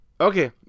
okay